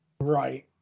Right